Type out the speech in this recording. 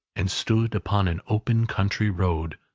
and stood upon an open country road,